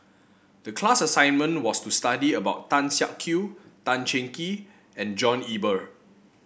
the class assignment was to study about Tan Siak Kew Tan Cheng Kee and John Eber